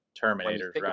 Terminator